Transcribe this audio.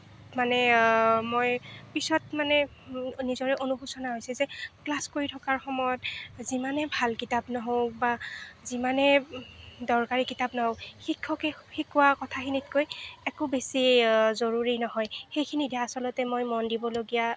মানে মই পিছত মানে নিজৰে অনুশোচনা হৈছে যে ক্লাছ কৰি থকাৰ সময়ত যিমানে ভাল কিতাপ নহওক বা যিমানে দৰকাৰী কিতাপ নহওক শিক্ষকে শিকোৱা কথাখিনিতকৈ একো বেছি জৰুৰী নহয় সেইখিনিতহে আচলতে মই মন দিবলগীয়া